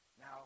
Now